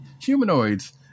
Humanoids